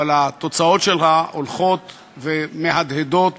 אבל התוצאות שלה הולכות ומהדהדות בעולמנו.